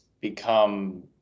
become